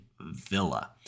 Villa